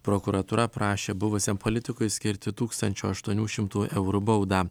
prokuratūra prašė buvusiam politikui skirti tūkstančio aštuonių šimtų eurų baudą